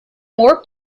more